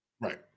Right